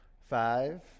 Five